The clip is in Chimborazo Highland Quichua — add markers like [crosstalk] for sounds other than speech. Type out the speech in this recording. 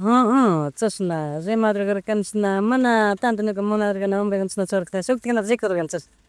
[noise] [hesitation] Chashna rimadorkarkanchik chishna mana tanto ñuka munadorkargani wambra chisna churaktash shuktikunata rikudor kani chashna. [noise]